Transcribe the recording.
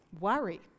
worry